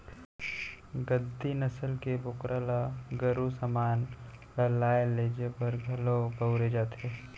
गद्दी नसल के बोकरा ल गरू समान ल लाय लेजे बर घलौ बउरे जाथे